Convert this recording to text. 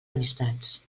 amistats